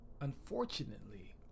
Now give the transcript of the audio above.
unfortunately